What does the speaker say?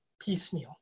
piecemeal